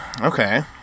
okay